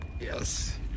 yes